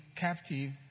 captive